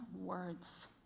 words